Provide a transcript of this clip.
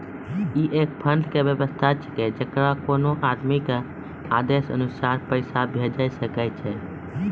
ई एक फंड के वयवस्था छै जैकरा कोनो आदमी के आदेशानुसार पैसा भेजै सकै छौ छै?